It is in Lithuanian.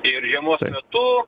ir žiemos metu